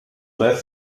drei